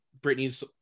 Britney's